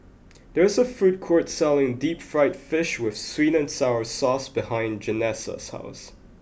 there is a food court selling deep fried fish with sweet and sour sauce behind Janessa's house